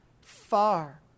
far